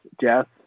Jeff